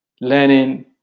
learning